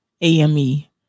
A-M-E